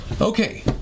Okay